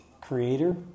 creator